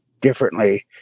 differently